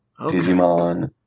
Digimon